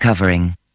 covering